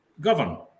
govern